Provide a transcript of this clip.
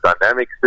dynamic